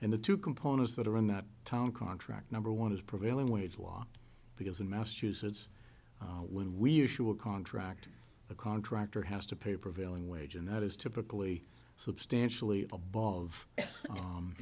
and the two components that are in that town contract number one is prevailing wage law because in massachusetts when we issue a contract a contractor has to pay prevailing wage and that is typically substantially above